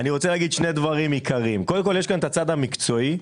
שני דברים: קודם כל יש פה הצד המקצועי,